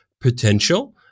potential